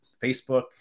Facebook